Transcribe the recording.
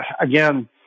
again